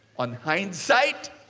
on hindsight,